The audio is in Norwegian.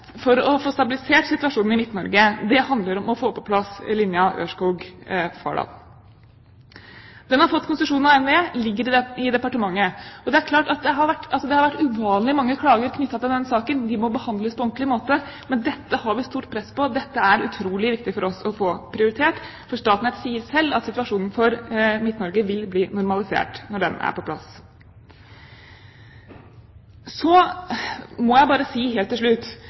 for å få stabilisert situasjonen i Midt-Norge, er å få på plass linjen Ørskog–Fardal. Den har fått konsesjon av NVE, den ligger i departementet. Det har vært uvanlig mange klager knyttet til denne saken. De må behandles på ordentlig måte, men dette har vi stort press på. Dette er det utrolig viktig for oss å få prioritert, for Statnett sier selv at situasjonen for Midt-Norge vil bli normalisert når linjen er på plass. Så må jeg bare helt til slutt